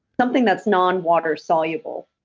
something that's non water soluble.